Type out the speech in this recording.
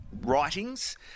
writings